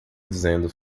dizendo